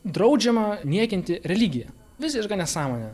draudžiama niekinti religiją visiška nesąmonė